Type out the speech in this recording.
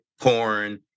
corn